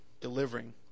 delivering